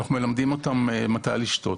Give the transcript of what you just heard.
אנחנו מלמדים אותן מתי לשתות.